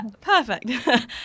perfect